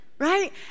right